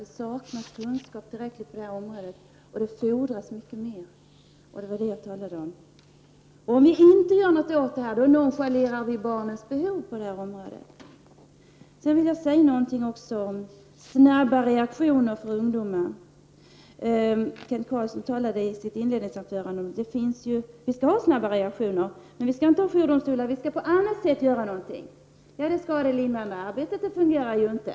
Det fordras alltså mycket bättre kunskaper på detta område. Om vi inte gör något för att förbättra kunskaperna, nonchalerar vi därmed barnens behov i detta avseende. Kent Carlsson talade i sitt inledningsanförande om detta med snabba reaktioner när det gäller ungdomarna. Visst skall det vara snabba reaktioner. Men vi skall inte ha jourdomstolar, utan det behövs någonting annat, säger han. Det skadelindrande arbetet fungerar dock inte.